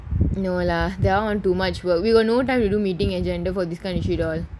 too much we have no time to do meeting ajenda for this kind of shit all